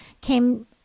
came